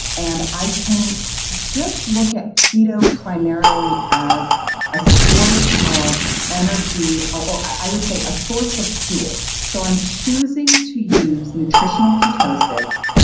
and i can just look at keto primarily as a source of energy or i would say a source of fuel so i'm choosing to use nutritional ketosis,